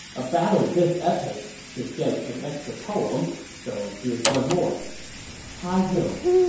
a battle this epic should get an extra poem, so here's one more high hills,